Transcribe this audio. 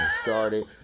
started